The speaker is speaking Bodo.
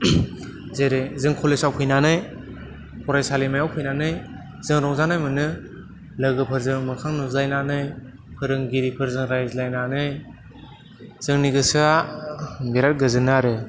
जेरै जों कलेजाव फैनानै फरायसालिमायाव फैनानै जों रंजानाय मोनो लोगोफोरजों मोखां नुज्लायनानै फोरोंगिरिफोरजों रायज्लायनानै जोंनि गोसोया बिराद गोजोनो आरो